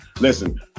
Listen